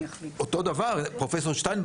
אותו דבר פרופ' שטיינברג,